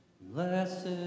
Blessed